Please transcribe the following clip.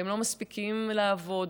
והם לא מספיקים לעבוד,